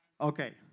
okay